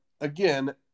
again